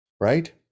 right